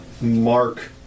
mark